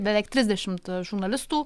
beveik trisdešimt žurnalistų